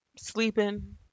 sleeping